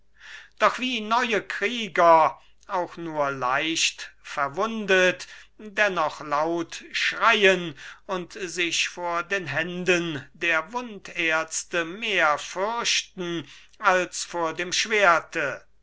doch wie neue krieger leicht verwundet dennoch laut schreien und sich vor den händen der wundärzte mehr fürchten als vor dem schwerte